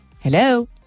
Hello